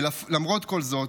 ולמרות כל זאת,